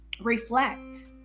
reflect